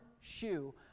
shoe